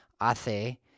hace